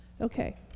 Okay